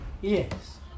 yes